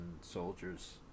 soldiers